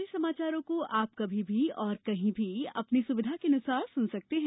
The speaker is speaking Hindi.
हमारे समाचारों को अब आप कभी भी और कहीं भी अपनी सुविधा के अनुसार सुन सकते हैं